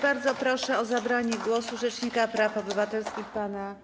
Bardzo proszę o zabranie głosu rzecznika praw obywatelskich pana